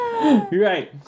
Right